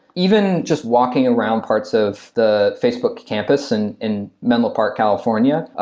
even just walking around parts of the facebook campus and in menlo park, california,